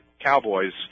Cowboys